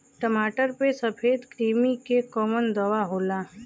टमाटर पे सफेद क्रीमी के कवन दवा होला?